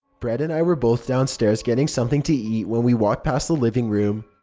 brett and i were both downstairs getting something to eat when we walked past the living room,